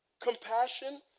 Compassion